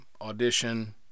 Audition